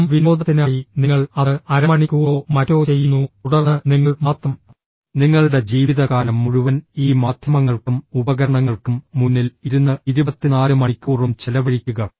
വെറും വിനോദത്തിനായി നിങ്ങൾ അത് അരമണിക്കൂറോ മറ്റോ ചെയ്യുന്നു തുടർന്ന് നിങ്ങൾ മാത്രം നിങ്ങളുടെ ജീവിതകാലം മുഴുവൻ ഈ മാധ്യമങ്ങൾക്കും ഉപകരണങ്ങൾക്കും മുന്നിൽ ഇരുന്ന് 24 മണിക്കൂറും ചെലവഴിക്കുക